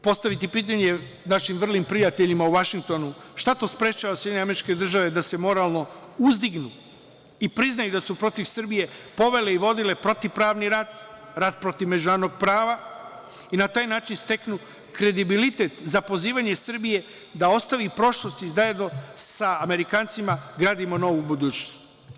Postaviti pitanje našim prijateljima u Vašingtonu – šta to sprečava SAD da se moralno uzdignu i priznaju da su protiv Srbije povele i vodile protivpravni rat, rat protiv međunarodnog prava i na taj način steknu kredibilitet za pozivanje Srbije da ostavi prošlost i da zajedno sa Amerikancima gradimo novu budućnost?